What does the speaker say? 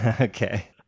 Okay